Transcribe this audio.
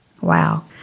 Wow